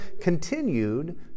continued